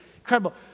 incredible